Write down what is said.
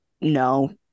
no